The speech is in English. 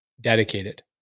dedicated